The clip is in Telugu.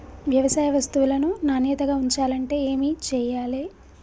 వ్యవసాయ వస్తువులను నాణ్యతగా ఉంచాలంటే ఏమి చెయ్యాలే?